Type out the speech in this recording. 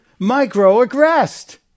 microaggressed